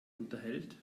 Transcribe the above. unterhält